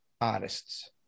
artists